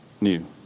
new